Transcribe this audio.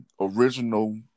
original